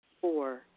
Four